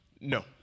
No